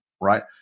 right